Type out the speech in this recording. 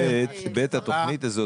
ב', התוכנית הזאת